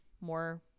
more